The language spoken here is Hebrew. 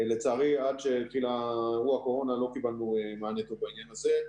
לצערי עד שהתחיל אירוע הקורונה לא קיבלנו מענה טוב בעניין הזה.